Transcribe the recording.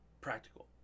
practical